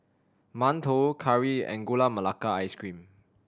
mantou curry and Gula Melaka Ice Cream